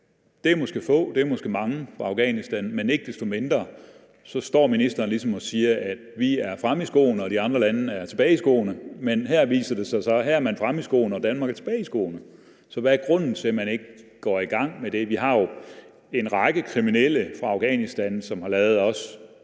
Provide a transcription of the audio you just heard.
fra Afghanistan, det er måske mange, men ikke desto mindre står ministeren ligesom og siger, at vi er fremme i skoene og de andre lande er tilbage i skoene. Men her viser det sig, at andre er fremme i skoene og Danmark er tilbage i skoene. Så hvad er grunden til, at man ikke går i gang med det? Vi har jo en række kriminelle fra Afghanistan, som har lavet også